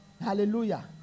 Hallelujah